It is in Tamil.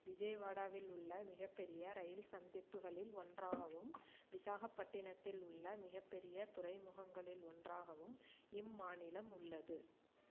விஜயவாடாவில் உள்ள மிகப்பெரிய ரயில் சந்திப்புகளில் ஒன்றாகவும் விசாகப்பட்டினத்தில் உள்ள மிகப்பெரிய துறைமுகங்களில் ஒன்றாகவும் இம்மாநிலம் உள்ளது